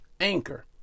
Anchor